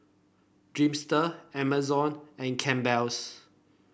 Dreamster Amazon and Campbell's